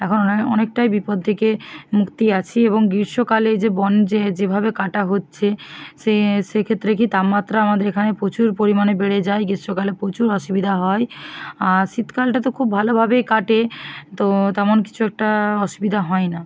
এখন অনেকটাই বিপদ থেকে মুক্ত আছি এবং গ্রীষ্মকালে যে বন যেভাবে কাটা হচ্ছে সে সেক্ষেত্রে কী তাপমাত্রা আমাদের এখানে প্রচুর পরিমাণে বেড়ে যায় গ্রীষ্মকালে প্রচুর অসুবিধা হয় শীতকালটা তো খুব ভালোভাবেই কাটে তো তেমন কিছু একটা অসুবিধা হয় না